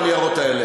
בניירות האלה.